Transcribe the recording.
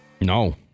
No